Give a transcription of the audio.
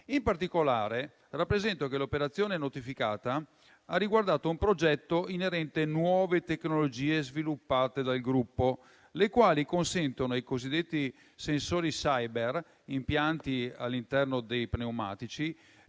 In particolare, rappresento che l'operazione notificata ha riguardato un progetto inerente nuove tecnologie sviluppate dal gruppo, le quali consentono ai cosiddetti sensori *cyber* impiantati all'interno dei pneumatici,